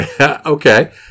Okay